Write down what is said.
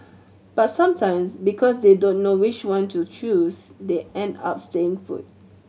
but sometimes because they don't know which one to choose they end up staying put